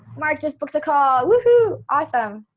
mark just booked a call woohoo iphone